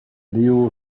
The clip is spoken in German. leo